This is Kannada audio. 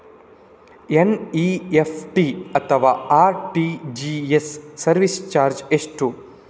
ಎನ್.ಇ.ಎಫ್.ಟಿ ಅಥವಾ ಆರ್.ಟಿ.ಜಿ.ಎಸ್ ಸರ್ವಿಸ್ ಚಾರ್ಜ್ ಎಷ್ಟು?